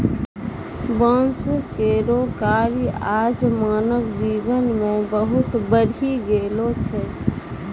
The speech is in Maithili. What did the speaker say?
बांस केरो कार्य आज मानव जीवन मे बहुत बढ़ी गेलो छै